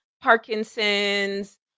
Parkinson's